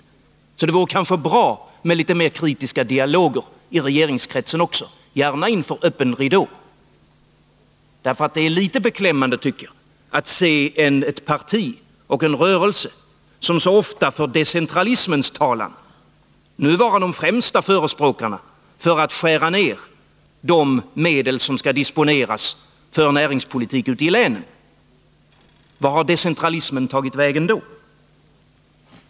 m.m. Det vore därför kanske bra med litet kritiska dialoger i regeringskretsen också, gärna inför öppen ridå. Det är litet beklämmande, tycker jag, att se ett parti och en rörelse som så ofta för decentralismens talan nu vara den främsta förespråkaren för att skära ned de medel som skall disponeras för näringspolitik ute i länen. Vart har decentralismen tagit vägen då?